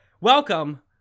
welcome